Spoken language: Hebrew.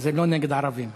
זה לא נגד ערבים.